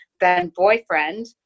then-boyfriend